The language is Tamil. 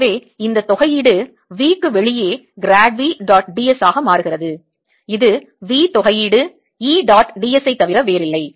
எனவே இந்த தொகையீடு V க்கு வெளியே grad V dot ds ஆக மாறுகிறது இது V தொகையீடு E dot ds ஐத் தவிர வேறில்லை